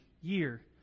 year